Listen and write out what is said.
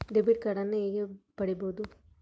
Debit ಕಾರ್ಡನ್ನು ಹೇಗೆ ಪಡಿಬೋದು?